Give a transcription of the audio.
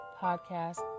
podcast